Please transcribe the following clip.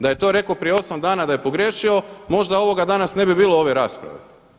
Da je to rekao prije 8 dana da je pogriješio, možda ovoga danas ne bi bilo, ove rasprave.